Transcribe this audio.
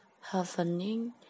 happening